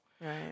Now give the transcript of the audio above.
Right